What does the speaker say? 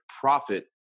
profit